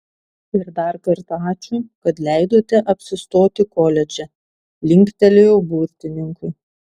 ir dar kartą ačiū kad leidote apsistoti koledže linktelėjau burtininkui